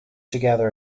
together